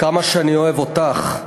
"כמה שאני אוהב אותך,